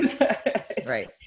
right